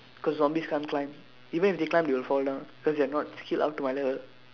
cause zombies can't climb even if they climb they will fall down cause they are not skilled up to my level